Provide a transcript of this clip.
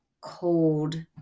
cold